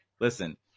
listen